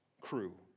crew